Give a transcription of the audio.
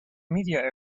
media